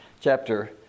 chapter